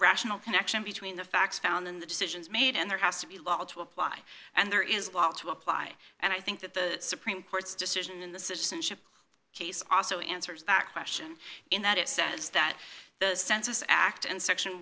rational connection between the facts found in the decisions made and there has to be law to apply and there is law to apply and i think that the supreme court's decision in the citizenship case also answers that question in that it says that the census act and section